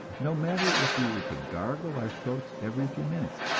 no matter if we were to gargle our throats every few minutes,